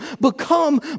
become